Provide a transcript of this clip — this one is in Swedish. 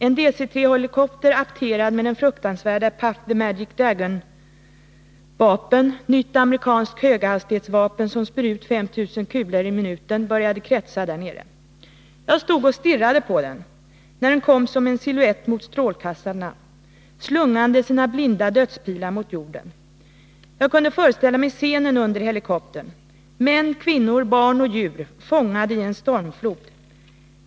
En DC3-helikopter apterad med den fruktansvärda ”Puff the Magic Dragon” började kretsa därnere. Jag stod och stirrade på den, när den kom som en silhuett mot strålkastarna, slungande sina blinda dödspilar mot jorden. Jag kunde föreställa mig scenen under helikoptern. Män, kvinnor, barn och djur fångade i en stormflod.